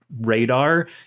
radar